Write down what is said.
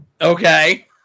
Okay